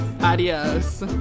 Adios